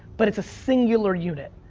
but it's a singular unit.